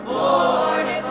Lord